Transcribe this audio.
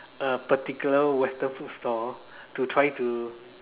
a particular western food store to try to